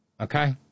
Okay